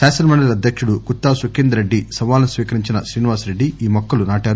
శాసనమండలి అధ్యకుడు గుత్తా సుఖేందర్ రెడ్డ సవాల్ ను స్వీకరించిన శ్రీనివాస్ రెడ్డి ఈ మొక్కలు నాటారు